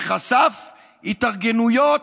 שחשף התארגנויות,